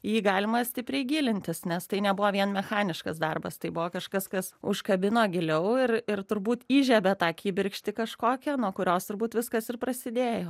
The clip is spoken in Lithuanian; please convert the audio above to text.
į jį galima stipriai gilintis nes tai nebuvo vien mechaniškas darbas tai buvo kažkas kas užkabino giliau ir ir turbūt įžiebė tą kibirkštį kažkokią nuo kurios turbūt viskas ir prasidėjo